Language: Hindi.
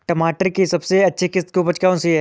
टमाटर की सबसे अच्छी किश्त की उपज कौन सी है?